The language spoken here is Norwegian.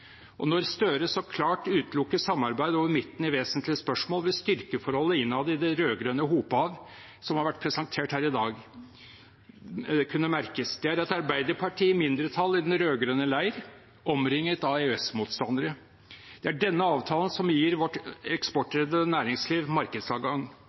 Når Gahr Støre så klart utelukker samarbeid over midten i vesentlige spørsmål, vil styrkeforholdet innad i det rød-grønne hopehav, som har vært presentert her i dag, kunne merkes. Det er et Arbeiderpartiet i mindretall i den rød-grønne leir, omringet av EØS-motstandere. Det er denne avtalen som gir vårt